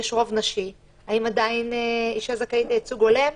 כלומר אם יש רוב נשי האם אישה זכאית עדיין לייצוג הולם.